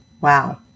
Wow